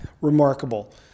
Remarkable